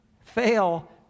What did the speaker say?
fail